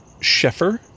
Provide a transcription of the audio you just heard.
Sheffer